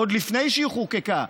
עוד לפני שהיא חוקקה,